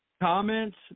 comments